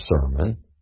sermon